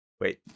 wait